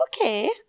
okay